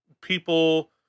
people